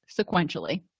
sequentially